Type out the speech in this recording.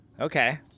Okay